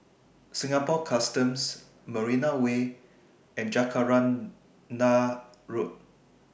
Singapore Customs Marina Way and Jacaranda Road